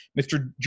Mr